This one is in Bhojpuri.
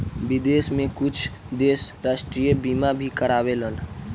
विदेश में कुछ देश राष्ट्रीय बीमा भी कारावेलन